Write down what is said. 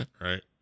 Right